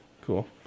cool